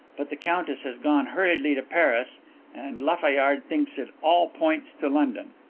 but the countess has gone hurriedly to paris and lafayard thinks it all points to london.